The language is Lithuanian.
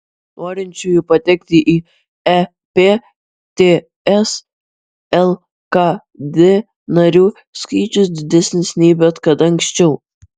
norinčiųjų patekti į ep ts lkd narių skaičius didesnis nei bet kada anksčiau